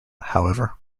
however